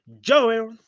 Joel